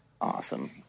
awesome